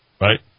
right